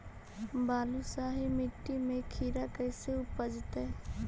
बालुसाहि मट्टी में खिरा कैसे उपजतै?